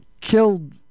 killed